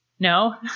No